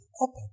open